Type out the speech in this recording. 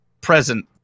present